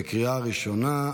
בקריאה ראשונה.